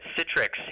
Citrix